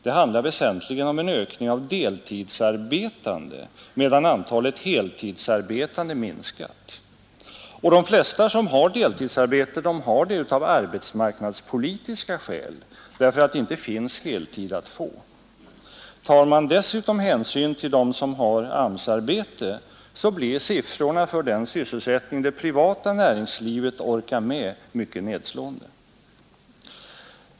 Det handlar väsentligen om en ökning av deltidsarbetande, medan antalet heltidsarbetande minskat. Och de flesta som har deltidsarbete har det av arbetsmarknadspolitiska skäl — därför att det inte finns heltidsarbete att få. Tar man dessutom hänsyn till dem som har AMS-arbete blir siffrorna för den sysselsättning det privata näringslivet orkar med mycket nedslående.